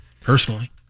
personally